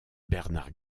bernard